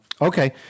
okay